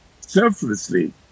selflessly